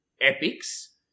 epics